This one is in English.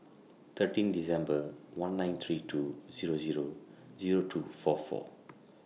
thirteen December one nine three two Zero Zero Zero two four four